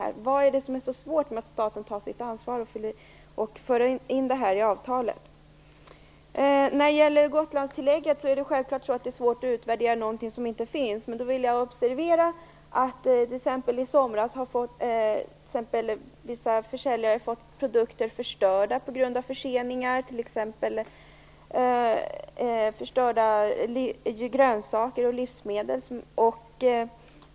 Vad är det som är så svårt med att staten tar sitt ansvar och för in detta i avtalet? När det gäller Gotlandstillägget är det självklart svårt att utvärdera någonting som inte finns. Men jag vill uppmärksamma på att vissa försäljare i somras fick produkter förstörda på grund av förseningar, t.ex. förstörda grönsaker och livsmedel.